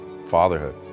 fatherhood